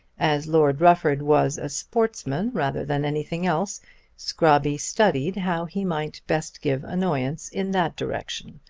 as lord rufford was a sportsman rather than anything else scrobby studied how he might best give annoyance in that direction,